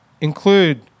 include